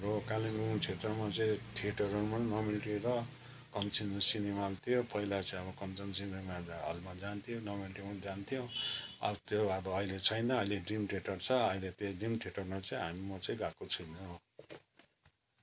हाम्रो कालिम्पोङ क्षेत्रमा चाहिँ थिएटरहरूमा नोबिल्टी र कञ्चन सिनेमा हल थियो पहिला चाहिँ अब कञ्चन सिनेमा हलमा जान्थ्यो नोबेल्टीमाम जान्थ्यो आबो त्यो अब अहिले छैन अहिले ड्रिम थिएटर छ अहिले त्यही ड्रिम थिएटरमा चाहिँ हामी म चाहिँ गएको छुइनँ